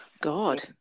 god